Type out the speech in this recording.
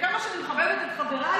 כמה שאני מכבדת את חבריי,